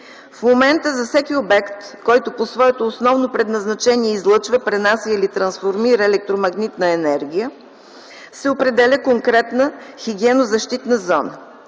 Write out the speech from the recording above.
В момента за всеки обект, който по своето основно предназначение излъчва, пренася или трансформира електромагнитна енергия, се определя конкретна хигиенно-защитна зона.